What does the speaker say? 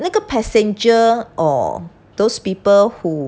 那个 passenger or those people who